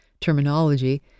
terminology